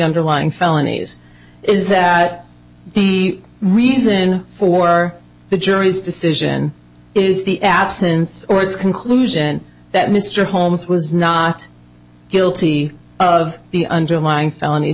underlying felonies is that the reason for the jury's decision is the absence or its conclusion that mr holmes was not guilty of the underlying felonies